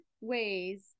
ways